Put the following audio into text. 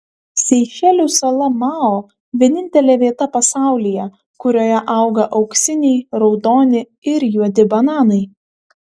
seišelių sala mao vienintelė vieta pasaulyje kurioje auga auksiniai raudoni ir juodi bananai